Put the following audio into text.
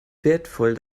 wertvoll